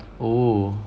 oh